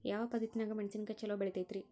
ಯಾವ ಪದ್ಧತಿನ್ಯಾಗ ಮೆಣಿಸಿನಕಾಯಿ ಛಲೋ ಬೆಳಿತೈತ್ರೇ?